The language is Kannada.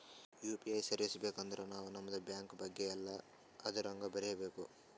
ಯು ಪಿ ಐ ಸರ್ವೀಸ್ ಬೇಕ್ ಅಂದರ್ ನಾವ್ ನಮ್ದು ಬ್ಯಾಂಕ ಬಗ್ಗೆ ಎಲ್ಲಾ ಅದುರಾಗ್ ಬರೀಬೇಕ್